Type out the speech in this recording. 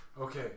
Okay